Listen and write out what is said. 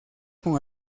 con